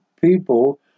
people